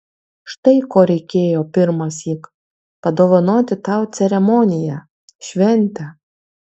štai ko reikėjo pirmąsyk padovanoti tau ceremoniją šventę